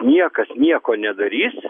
niekas nieko nedarys